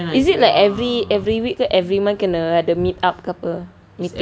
is it like every every week ke every month kena ada meet up ke apa meeting